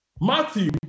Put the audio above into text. Matthew